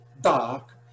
dark